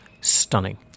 stunning